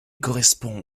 correspond